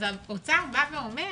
אז האוצר בא ואומר,